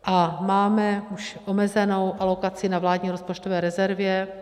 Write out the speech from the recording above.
A máme už omezenou alokaci na vládní rozpočtové rezervě.